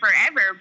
forever